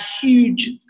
huge